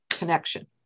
connection